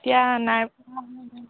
এতিয়া নাই